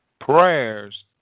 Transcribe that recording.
Prayers